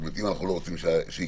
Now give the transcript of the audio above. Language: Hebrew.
אם אנחנו לא רוצים שיקרסו.